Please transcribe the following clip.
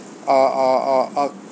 uh uh uh uh